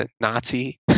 Nazi